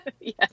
Yes